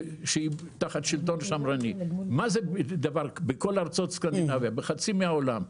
שהיא תחת שלטון שמרני או בכל ארצות סקנדינביה או בחצי מהעולם?